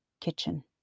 Kitchen